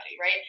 right